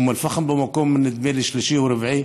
אום אל-פחם, נדמה לי, במקום שלישי או רביעי,